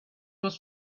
was